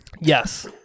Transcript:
Yes